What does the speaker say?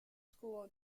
school